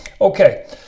Okay